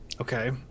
Okay